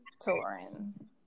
touring